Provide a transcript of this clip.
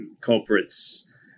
culprits